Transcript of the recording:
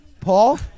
Paul